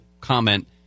comment